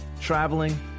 traveling